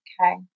Okay